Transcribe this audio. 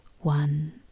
one